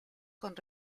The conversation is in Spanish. con